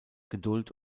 geduld